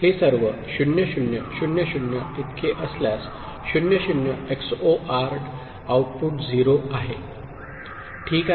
हे सर्व 0 0 0 0 इतके असल्यास 0 0 XORed आउटपुट 0 आहे ठीक आहे